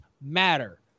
matter